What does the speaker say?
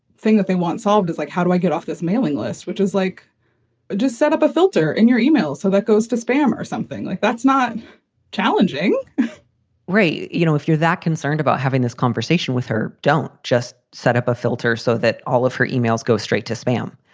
thing that they want solved is like, how do i get off this mailing list, which is like just set up a filter in your email. so that goes to spam or something like that's not challenging right. you know, if you're that concerned about having this conversation with her, don't just set up a filter so that all of her emails go straight to spam.